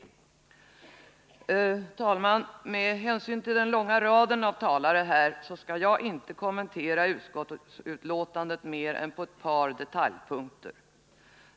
Fru talman! Med hänsyn till den långa raden av talare här skall jag inte kommentera utskottsbetänkandet mer än på ett par detaljpunkter.